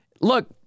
Look